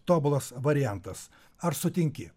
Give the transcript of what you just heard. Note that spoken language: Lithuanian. tobulas variantas ar sutinki